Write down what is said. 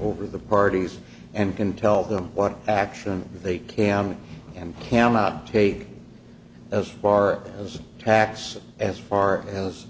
over the parties and can tell them what action they can and cannot take as far as tax as far as